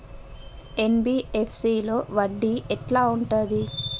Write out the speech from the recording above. NBFC లో వడ్డీ ఎట్లా ఉంటది?